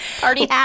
Party